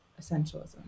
essentialism